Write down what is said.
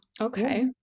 okay